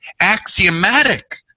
axiomatic